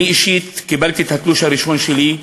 אני אישית קיבלתי את התלוש הראשון שלי,